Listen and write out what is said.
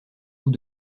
bout